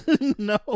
No